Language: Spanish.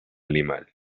animal